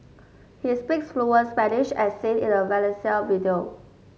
he speaks fluent Spanish as seen in a Valencia video